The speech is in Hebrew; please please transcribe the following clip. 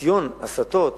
ניסיון הסתות